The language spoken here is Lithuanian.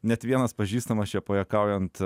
net vienas pažįstamas čia pajuokaujant